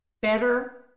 Better